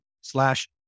slash